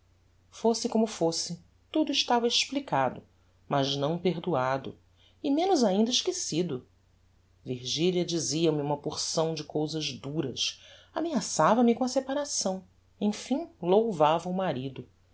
fosse como fosse tudo estava explicado mas não perdoado e menos ainda esquecido virgilia dizia-me uma porção de cousas duras ameaçava me com a separação emfim louvava o marido